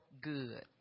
good